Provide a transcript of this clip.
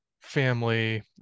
family